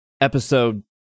episode